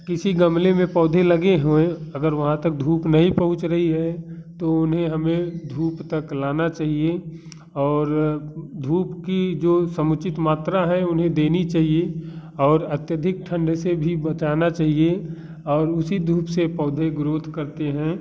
किसी गमले में पौधे लगे हुए अगर वहाँ तक धूप नहीं पहुँच रही है तो उन्हें हमें धूप तक लाना चाहिए और धूप की जो समुचित मात्रा है उन्हें देनी चाहिए और अत्यधिक ठंड से भी बचाना चाहिए और उसी धूप से पौधे ग्रोथ करते हैं